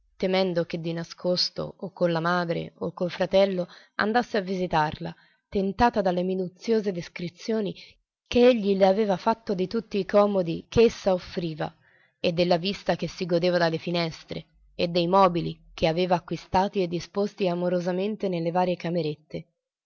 temendo che di nascosto o con la madre o col fratello andasse a visitarla tentata dalle minuziose descrizioni ch'egli le aveva fatto di tutti i comodi ch'essa offriva e della vista che si godeva dalle finestre e dei mobili che aveva acquistati e disposti amorosamente nelle varie camerette